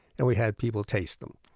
and we had people taste them.